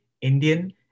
Indian